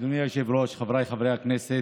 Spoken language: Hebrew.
אדוני היושב-ראש, חבריי חברי הכנסת,